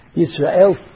Israel